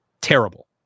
Terrible